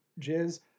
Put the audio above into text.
jizz